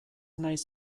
naiz